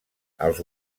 els